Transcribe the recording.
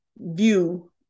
view